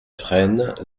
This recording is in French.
frênes